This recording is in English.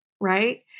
right